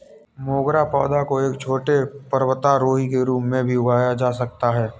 मोगरा पौधा को एक छोटे पर्वतारोही के रूप में भी उगाया जा सकता है